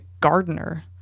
gardener